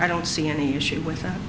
i don't see any issue with that